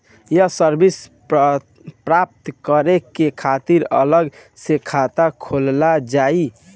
ये सर्विस प्राप्त करे के खातिर अलग से खाता खोलल जाइ?